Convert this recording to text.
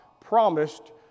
promised